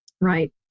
right